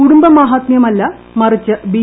കുടുംബ മാഹാത്മ്യമല്ല മറിച്ച് ബി